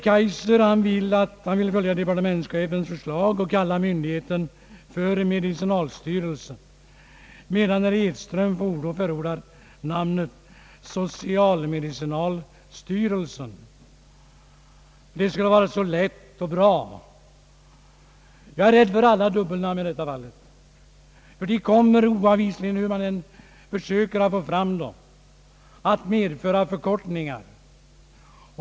Herr Kaijser vill följa departementschefens förslag och kalla myndigheten för medicinalstyrelsen, medan herr Edström förordar namnet socialmedicinalstyrelsen, eftersom det skulle vara så lätt och bra. Jag är rädd för alla dubbelnamn i detta fall, ty de kommer oavvisligen, hur man än försöker föra fram dem, att medföra förkortningar.